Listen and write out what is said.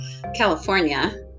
California